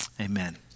Amen